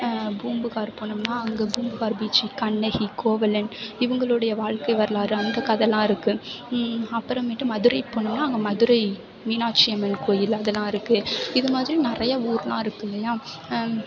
பூம்புகார் போனோம்னால் அங்கே பூம்புகார் பீச்சு கண்ணகி கோவலன் இவங்களோடய வாழ்க்கை வரலாறு அந்த கதைலாம் இருக்கும் அப்புறம் மேட்டு மதுரை போனோன்னால் அங்கே மதுரை மீனாட்ச்சி அம்மன் கோயில் அதெலாம் இருக்குது இது மாதிரி நிறையா ஊரெலாம் இருக்குது இல்லையா